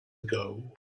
ago